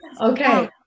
Okay